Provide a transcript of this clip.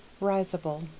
risable